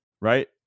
right